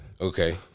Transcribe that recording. Okay